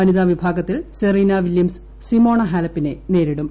വനിതാവിഭാഗത്തിൽ Serena Williams Simona ഹാലപ്പിനെ നേരിടും